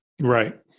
Right